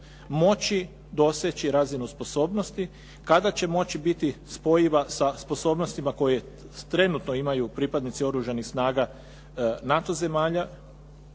moći doseći razinu sposobnosti, kada će moći biti spojiva sa sposobnostima koje trenutno imaju pripadnici oružanih snaga NATO zemalja